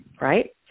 right